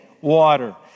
water